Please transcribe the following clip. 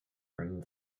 remove